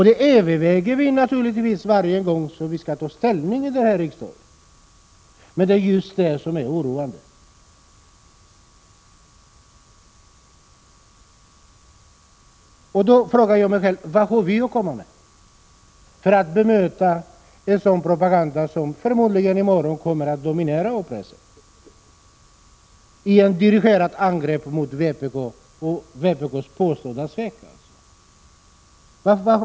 Det överväger vi naturligtvis varje gång vi skall ta ställning i riksdagen. Men det är just det som är oroande. Då frågar jag mig själv: Vad har vi att komma med, för att möta en sådan propaganda som förmodligen i morgon kommer att dominera A-pressen i ett dirigerat angrepp mot vpk:s påstådda svek?